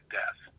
death